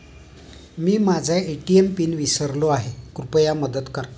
मी माझा ATM pin विसरलो आहे, कृपया मदत करा